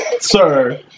sir